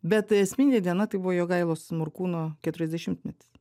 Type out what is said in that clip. bet esminė diena tai buvo jogailos morkūno keturiasdešimtmetis